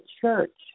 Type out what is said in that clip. church